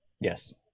yes